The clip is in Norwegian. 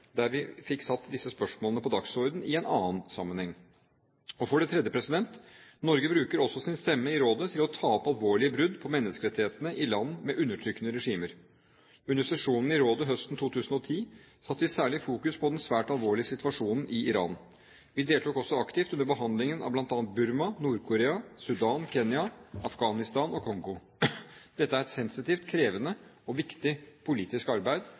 der vi fikk satt disse spørsmålene på dagsordenen i en annen sammenheng. For det tredje: Norge bruker også sin stemme i rådet til å ta opp alvorlige brudd på menneskerettighetene i land med undertrykkende regimer. Under sesjonen i rådet høsten 2010 fokuserte vi særlig på den svært alvorlige situasjonen i Iran. Vi deltok også aktivt under behandlingen av bl.a. Burma, Nord-Korea, Sudan, Kenya, Afghanistan og Kongo. Dette er et sensitivt, krevende og viktig politisk arbeid,